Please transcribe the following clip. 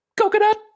Coconut